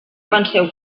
penseu